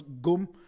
gum